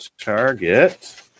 target